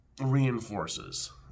reinforces